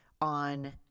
on